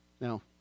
now